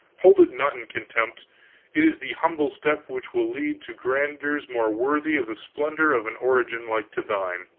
hold it not in contempt it is the humble step which will lead to grandeurs more worthy of the splendor of an origin like to thine.